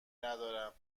ندارم